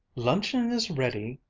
luncheon is ready,